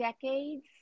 decades